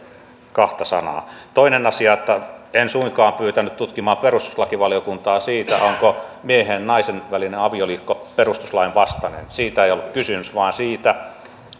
kahta sanaa toinen asia on että en suinkaan pyytänyt perustuslakivaliokuntaa tutkimaan sitä onko miehen ja naisen välinen avioliitto perustuslain vastainen siitä ei ollut kysymys vaan siitä